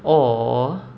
or